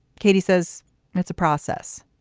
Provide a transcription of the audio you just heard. katie says it's a process.